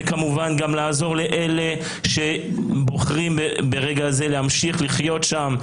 וכמובן גם לעזור לאלה שבוחרים ברגע זה להמשיך לחיות שם.